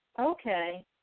Okay